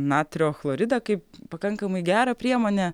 natrio chloridą kaip pakankamai gerą priemonę